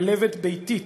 כלבת ביתית